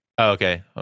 Okay